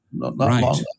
Right